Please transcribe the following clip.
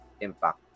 impact